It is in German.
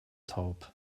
taub